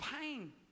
pain